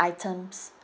items